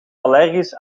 allergisch